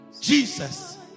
Jesus